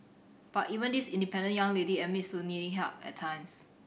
but even this independent young lady admits to needing help at times